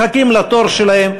מחכים לתור שלהם,